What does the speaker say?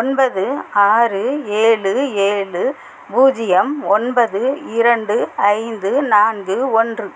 ஒன்பது ஆறு ஏழு ஏழு பூஜ்ஜியம் ஒன்பது இரண்டு ஐந்து நான்கு ஒன்று